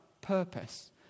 purpose